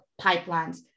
pipelines